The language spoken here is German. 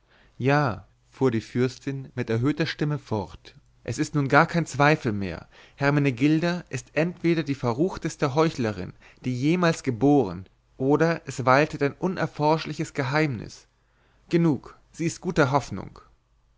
ja fuhr die fürstin mit erhöhter stimme fort es ist nun gar kein zweifel mehr hermenegilda ist entweder die verruchteste heuchlerin die jemals geboren oder es waltet ein unerforschliches geheimnis genug sie ist guter hoffnung